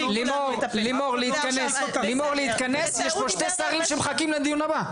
לימור להתכנס, יש פה שני שרים שמחכים לדיון הבא.